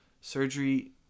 surgery